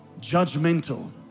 judgmental